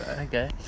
okay